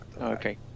Okay